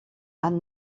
and